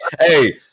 Hey